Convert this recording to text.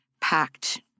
packed